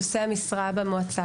נושאי המשרה במועצה,